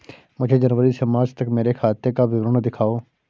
मुझे जनवरी से मार्च तक मेरे खाते का विवरण दिखाओ?